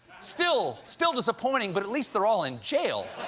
still still disappointing, but at least they're all in jail.